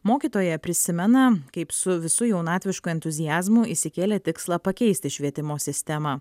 mokytoja prisimena kaip su visu jaunatvišku entuziazmu išsikėlė tikslą pakeisti švietimo sistemą